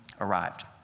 arrived